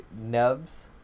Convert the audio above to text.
Nubs